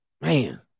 Man